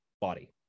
body